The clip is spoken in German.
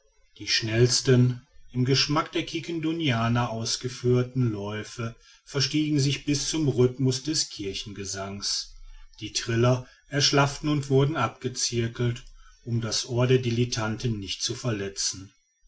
die schnellsten im geschmack der quiquendonianer ausgeführten läufe verstiegen sich bis zum rythmus des kirchengesangs die triller erschlafften und wurden abgezirkelt um das ohr der dilettanten nicht zu verletzen